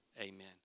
Amen